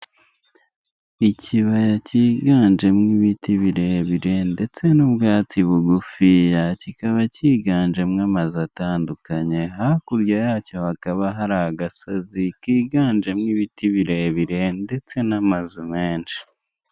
Imitaka myinshi igiye itandukanye harimo imitaka itukura ya eyateri ndetse n'uw'icyatsi wa infinigisi imbere yaho hakaba hateretse akabati gacururizwaho, amarinite imbere y'aho hakaba abantu benshi batandukanye harimo uwambaye ijiri ya emutiyene, isa umuhondo hakurya y'aho hakaba hari inzu iriho y'icyapa cya eyateri.